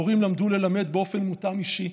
המורים למדו ללמד באופן מותאם אישי,